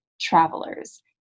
travelers